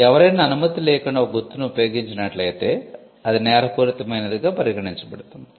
ఎవరైనా అనుమతి లేకుండా ఒక గుర్తును ఉపయోగించినట్లయితే అది నేరపూరిత మైనదిగా పరిగణించబడుతుంది